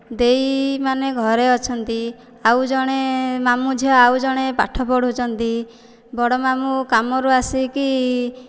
ଦେଇମାନେ ଘରେ ଅଛନ୍ତି ଆଉ ଜଣେ ମାମୁଁ ଝିଅ ଆଉ ଜଣେ ପାଠ ପଢୁଛନ୍ତି ବଡ଼ ମାମୁଁ କାମରୁ ଆସିକି